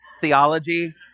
theology